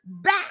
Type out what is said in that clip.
back